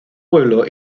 pueblo